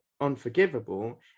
unforgivable